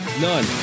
None